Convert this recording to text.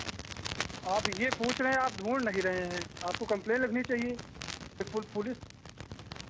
आप ये पूछ रहे हैं आप ढूँढ नहीं रहे हैं आपको कम्प्लेन लिखनी चाहिए पु पुलिस